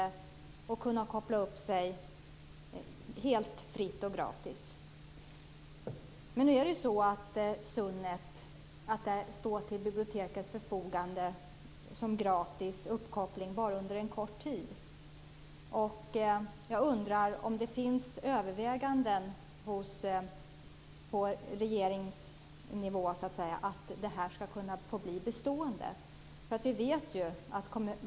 Man har alltså möjlighet att koppla upp sig helt fritt och gratis. SUNET står dock bara under en kort tid till bibliotekets förfogande som gratis uppkoppling. Jag undrar om det övervägs på regeringsnivå att den här möjligheten får bestå.